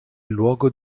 luogo